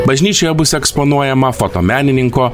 bažnyčioje bus eksponuojama fotomenininko